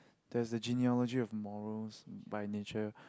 there's the genealogy of morals by nature